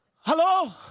Hello